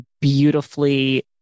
beautifully-